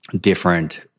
different